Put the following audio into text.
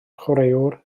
chwaraewr